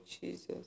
Jesus